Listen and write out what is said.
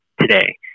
today